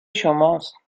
شماست